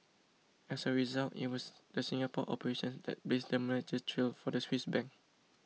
as a result it was the Singapore operations that blazed the merger trail for the Swiss Bank